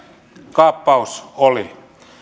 kaappaus oli